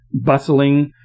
bustling